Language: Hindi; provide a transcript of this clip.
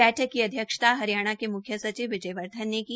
बैठक की अध्यक्षता हरियाणा के मुख्य सचिवश्री विजय वर्धन ने की